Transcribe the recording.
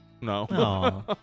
No